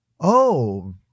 Oh